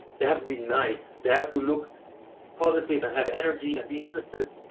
they have to be nice. they have to look positive and have energy and be interested.